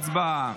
הצבעה.